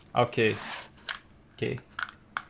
okay okay